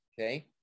Okay